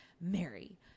Mary